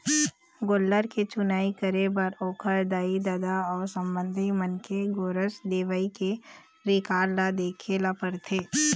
गोल्लर के चुनई करे बर ओखर दाई, ददा अउ संबंधी मन के गोरस देवई के रिकार्ड ल देखे ल परथे